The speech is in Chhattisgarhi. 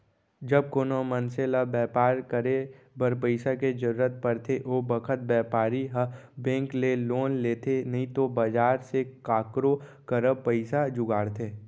जब कोनों मनसे ल बैपार करे बर पइसा के जरूरत परथे ओ बखत बैपारी ह बेंक ले लोन लेथे नइतो बजार से काकरो करा पइसा जुगाड़थे